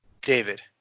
David